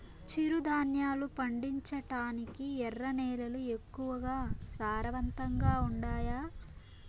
చిరుధాన్యాలు పండించటానికి ఎర్ర నేలలు ఎక్కువగా సారవంతంగా ఉండాయా